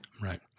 Right